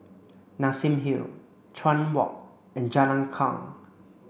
Nassim Hill Chuan Walk and Jalan Kuang